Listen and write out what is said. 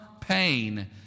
pain